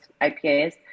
IPAs